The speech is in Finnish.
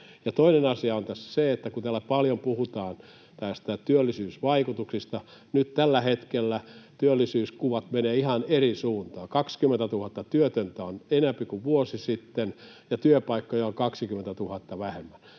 Toinen asia tässä on se, että kun täällä paljon puhutaan työllisyysvaikutuksista, niin nyt tällä hetkellä työllisyyskuvat menevät ihan eri suuntaan: on 20 000 työtöntä enempi kuin vuosi sitten, ja työpaikkoja on 20 000 vähemmän.